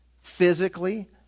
physically